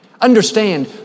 Understand